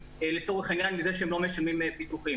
לצורך העניין מזה שהם לא משלמים ביטוחים.